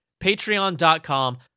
Patreon.com